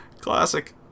Classic